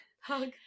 Hug